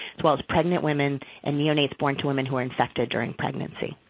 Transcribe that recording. as well as pregnant women and neonates born to women who are infected during pregnancy.